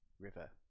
river